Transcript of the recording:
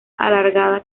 alargada